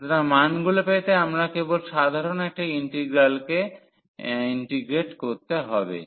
সুতরাং মানগুলি পেতে আমাদের কেবল সাধারন একটা ইন্টিগ্রালকে ইন্টিগ্রেট করতে হবে